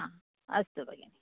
अस्तु भगिनि